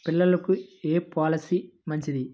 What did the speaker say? పిల్లలకు ఏ పొలసీ మంచిది?